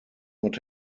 not